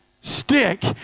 stick